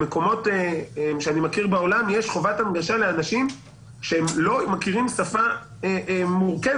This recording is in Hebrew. במקומות שאני מכיר בעולם יש חובת הנגשה לאנשים שלא מכירים שפה מורכבת.